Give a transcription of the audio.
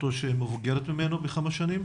אחותו שמבוגרת ממנו בכמה שנים?